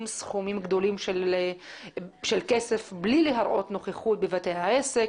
סכומים גדולים של כסף בלי להראות נוכחות בבתי העסק,